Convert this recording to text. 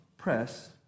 press